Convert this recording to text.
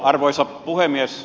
arvoisa puhemies